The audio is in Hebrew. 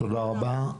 תודה רבה.